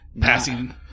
passing